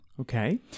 Okay